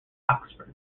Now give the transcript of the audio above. oxford